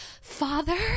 father